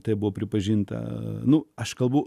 tai buvo pripažinta nu aš kalbu